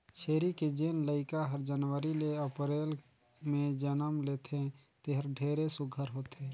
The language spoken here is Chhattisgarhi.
छेरी के जेन लइका हर जनवरी ले अपरेल में जनम लेथे तेहर ढेरे सुग्घर होथे